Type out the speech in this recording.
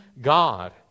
God